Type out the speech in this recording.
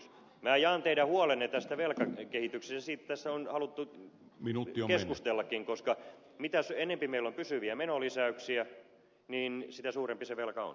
minä jaan teidän huolenne tästä velkakehityksestä siitä tässä on haluttu keskustellakin koska mitä enempi meillä on pysyviä menolisäyksiä sitä suurempi se velka on